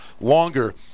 longer